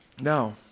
Now